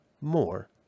more